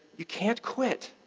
you can't quit.